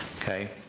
Okay